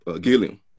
Gilliam